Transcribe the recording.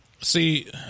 See